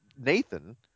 Nathan